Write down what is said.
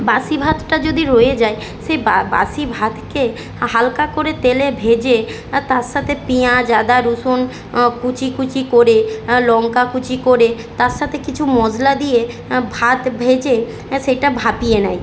বাসি ভাতটা যদি রয়ে যায় সেই বা বাসি ভাতকে হালকা করে তেলে ভেজে তার সাথে পিঁয়াজ আদা রসুন কুচি কুচি করে লঙ্কা কুচি করে তার সাথে কিছু মশলা দিয়ে ভাত ভেজে সেইটা ভাপিয়ে নেয়